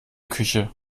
küche